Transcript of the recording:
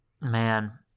Man